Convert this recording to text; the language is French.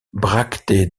bractées